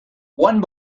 one